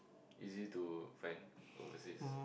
easy to find overseas